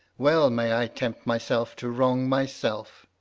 well may i tempt my self to wrong my self,